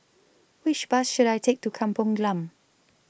Which Bus should I Take to Kampung Glam